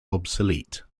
obsolete